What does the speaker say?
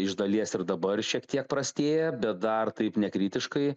iš dalies ir dabar šiek tiek prastėja bet dar taip nekritiškai